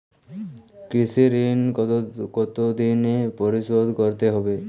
কৃষি ঋণ কতোদিনে পরিশোধ করতে হবে?